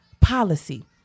Policy